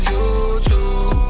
YouTube